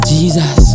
Jesus